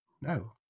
No